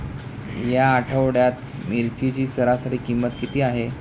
या आठवड्यात मिरचीची सरासरी किंमत किती आहे?